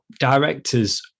directors